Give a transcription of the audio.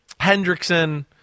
Hendrickson